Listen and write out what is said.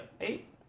Eight